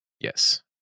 Yes